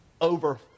Over